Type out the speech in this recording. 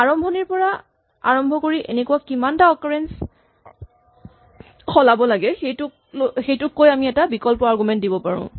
আৰম্ভণিৰ পৰা আৰম্ভ কৰি এনেকুৱা কিমানটা অকাৰেঞ্চ সলাব লাগে সেইটো কৈ আমি এটা বিকল্প আৰগুমেন্ট দিব পাৰোঁ